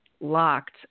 locked